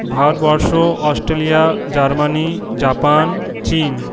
Bharatvarsha Australia Germany Japan চিন